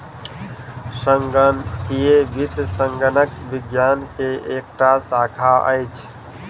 संगणकीय वित्त संगणक विज्ञान के एकटा शाखा अछि